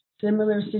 similar